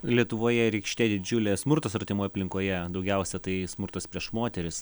lietuvoje rykštė didžiulė smurtas artimoj aplinkoje daugiausiai tai smurtas prieš moteris